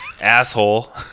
asshole